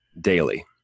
daily